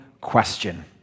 question